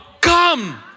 come